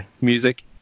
Music